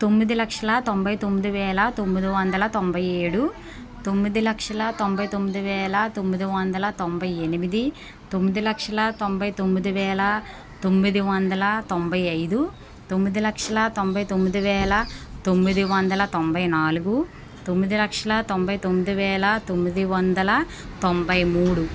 తొమ్మిది లక్షల తొంభై తొమ్మిది వేల తొమ్మిది వందల తొంభై ఏడు తొమ్మిది లక్షల తొంభై తొమ్మిది వేల తొమ్మిది వందల తొంభై ఎనిమిది తొమ్మిది లక్షల తొంభై తొమ్మిది వేల తొమ్మిది వందల తొంభై ఐదు తొమ్మిది లక్షల తొంభై తొమ్మిది వేల తొమ్మిది వందల తొంభై నాలుగు తొమ్మిది లక్షల తొంభై తొమ్మిది వేల తొమ్మిది వందల తొంభై మూడు